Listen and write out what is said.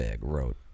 wrote